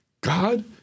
God